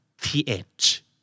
TH. (